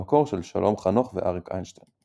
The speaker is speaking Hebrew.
במקור של שלום חנוך ואריק איינשטיין.